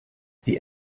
die